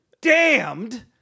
damned